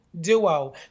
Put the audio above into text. duo